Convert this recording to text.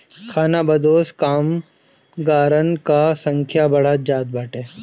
खानाबदोश कामगारन कअ संख्या बढ़त जात बाटे